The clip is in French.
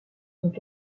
donc